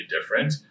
different